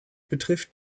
betrifft